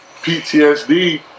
PTSD